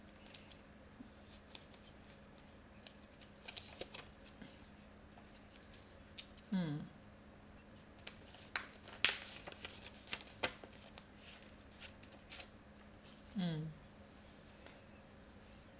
mm mm